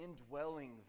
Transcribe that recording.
indwelling